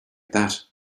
that